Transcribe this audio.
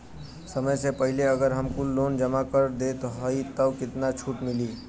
समय से पहिले अगर हम कुल लोन जमा कर देत हई तब कितना छूट मिली?